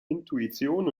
intuition